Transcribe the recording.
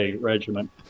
Regiment